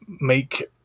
make